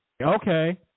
okay